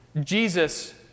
Jesus